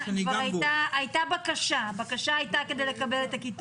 הייתה בקשה, הבקשה הייתה כדי לקבל את הכיתות.